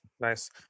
Nice